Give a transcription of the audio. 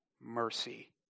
mercy